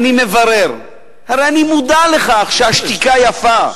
אני מברר, הרי אני מודע לכך שהשתיקה יפה,